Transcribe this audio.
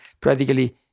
practically